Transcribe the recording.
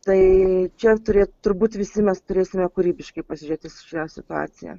tai čia turi turbūt visi mes turėsime kūrybiškai pasižiūrėti į šią situaciją